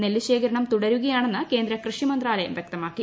നെല്ല് ശേഖരണം തുടരുകയാണെന്ന് കേന്ദ്ര കൃഷി മന്ത്രാലയം വ്യക്തമാക്കി